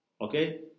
Okay